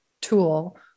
tool